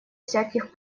всяких